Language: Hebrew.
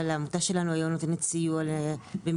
אבל העמותה שלנו היום נותנת סיוע למיצוי